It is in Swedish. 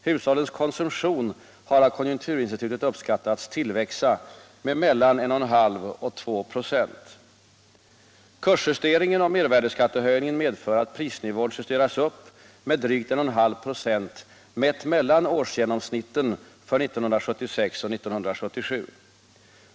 Hushållens konsumtion har av konjunkturinstitutet uppskattats tillväxa med mellan 1,5 och 2 96. Kursjusteringen och mervärdeskattehöjningen medför att prisnivån justeras upp med drygt 1,5 26, mätt mellan årsgenomsnitten för 1976 och 1977.